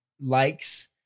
likes